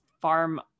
farm